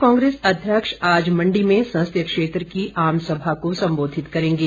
प्रदेश कांग्रेस अध्यक्ष आज मंडी में संसदीय क्षेत्र की आमसभा को संबोधित करेंगे